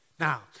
Now